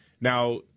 Now